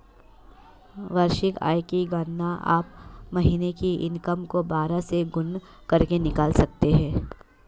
वार्षिक आय की गणना आप महीने की इनकम को बारह से गुणा करके निकाल सकते है